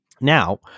now